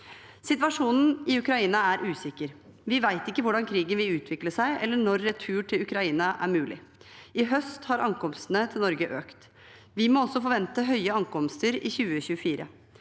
Situasjonen i Ukraina er usikker. Vi vet ikke hvordan krigen vil utvikle seg, eller når retur til Ukraina er mulig. I høst har ankomstene til Norge økt. Vi må også forvente et høyt antall ankomster i 2024.